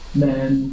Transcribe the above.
men